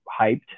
hyped